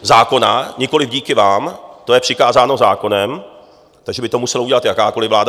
Zákonná, nikoliv díky vám, to je přikázáno zákonem, takže by to musela udělat jakákoliv vláda.